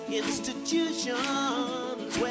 institutions